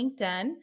LinkedIn